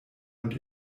und